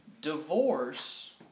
divorce